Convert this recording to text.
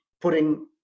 putting